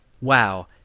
wow